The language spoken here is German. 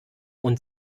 und